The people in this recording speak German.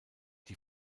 die